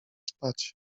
spać